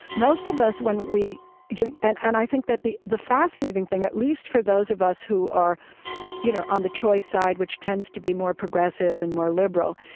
most of us when we and and i think that the the fascinating thing at least for those of us who are you know on the choice side, which tends to be more progressive and more liberal,